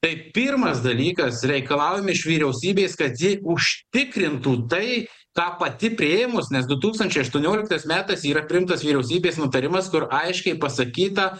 tai pirmas dalykas reikalaujame iš vyriausybės kad ji užtikrintų tai ką pati priėmus nes du tūkstančiai aštuonioliktais metais yra priimtas vyriausybės nutarimas kur aiškiai pasakyta